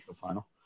final